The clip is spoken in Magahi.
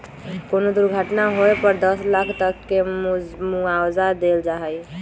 कोनो दुर्घटना होए पर दस लाख तक के मुआवजा देल जाई छई